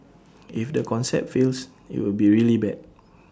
if the concept fails IT will be really bad